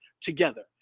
together